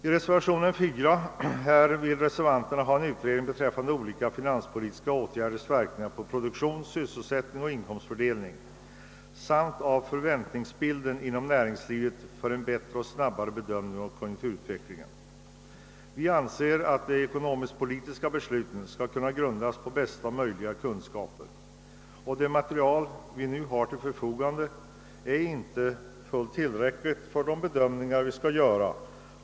I reservationen 4 föreslår reservanterna utredning beträffande olika finanspolitiska åtgärders verkningar på produktion, sysselsättning och inkomstfördelning samt av förväntningsbilden inom näringslivet för en bättre och snabbare bedömning av konjunkturutvecklingen. Vi anser att de ekonomiskpolitiska besluten skall kunna grundas på bästa möjliga kunskaper. Det material som vi nu har till förfogande är inte tillräckligt för de bedömningar som måste göras.